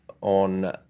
on